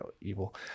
evil